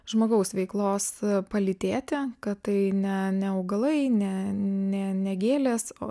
žmogaus veiklos palytėti kad tai ne ne augalai ne ne ne gėlės o